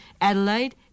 Adelaide